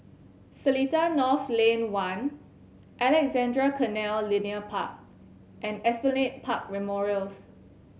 Seletar North Lane One Alexandra Canal Linear Park and Esplanade Park Memorials